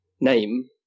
name